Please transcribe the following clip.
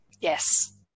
Yes